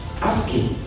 asking